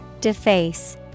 Deface